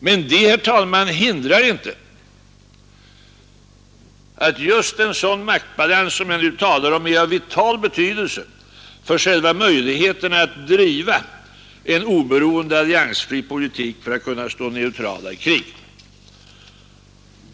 Men det hindrar inte att just en sådan maktbalans som jag nu talar om är av vital betydelse för själva möjligheten att driva en oberoende, alliansfri politik för att kunna stå neutrala i krig.